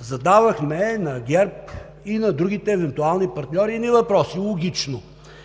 задавахме на ГЕРБ и на другите евентуални партньори едни въпроси – логично,